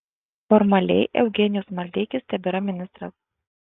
formaliai eugenijus maldeikis tebėra ministras